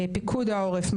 פיקוד העורף,